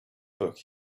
book